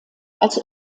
als